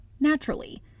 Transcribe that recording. naturally